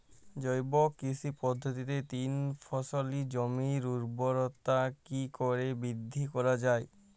জৈব কৃষি পদ্ধতিতে তিন ফসলী জমির ঊর্বরতা কি করে বৃদ্ধি করা য়ায়?